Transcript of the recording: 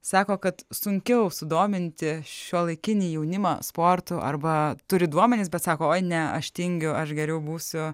sako kad sunkiau sudominti šiuolaikinį jaunimą sportu arba turi duomenis bet sako oi ne aš tingiu aš geriau būsiu